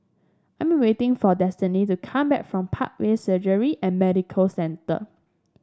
I am waiting for Destiny to come back from Parkway Surgery and Medical Center